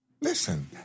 Listen